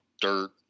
dirt